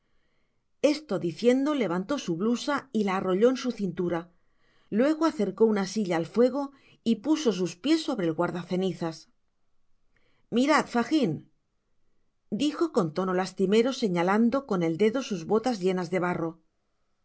esto diciendo levantó su blusa y la arrolló en su cintura luego acercó una silla al fuego y puso sus piés sobre el guarda cenizas mirad fagin dijo con tono lastimero señalando con el dedo sus botas llenas de barro